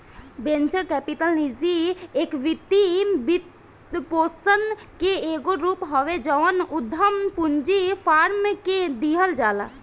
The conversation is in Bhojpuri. वेंचर कैपिटल निजी इक्विटी वित्तपोषण के एगो रूप हवे जवन उधम पूंजी फार्म के दिहल जाला